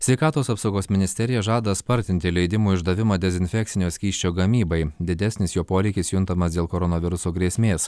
sveikatos apsaugos ministerija žada spartinti leidimų išdavimą dezinfekcinio skysčio gamybai didesnis jo poreikis juntamas dėl koronaviruso grėsmės